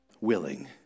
willing